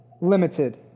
Limited